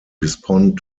respond